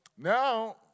Now